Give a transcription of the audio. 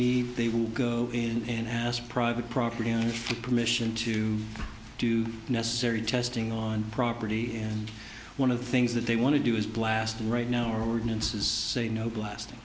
need they will go in as private property and permission to do necessary testing on property and one of the things that they want to do is blast right now ordinances say no blasting